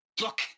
Look